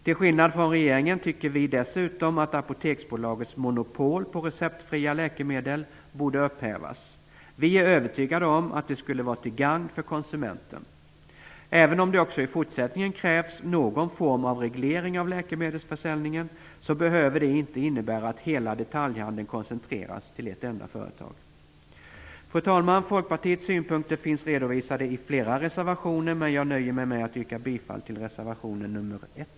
Till skillnad från regeringen tycker vi dessutom att Apoteksbolagets monopol på receptfria läkemedel borde upphävas. Vi är övertygade om att det skulle vara till gagn för konsumenten. Även om det också i fortsättningen krävs någon form av reglering av läkemedelsförsäljningen behöver det inte innebära att hela detaljhandeln koncentreras till ett enda företag. Fru talman! Folkpartiets synpunkter finns redovisade i flera reservationer, men jag nöjer mig med att yrka bifall till reservation nr 1.